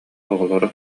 оҕолоро